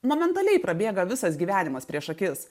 momentaliai prabėga visas gyvenimas prieš akis